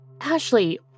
Ashley